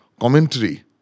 commentary